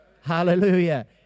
Hallelujah